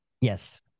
Yes